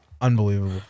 unbelievable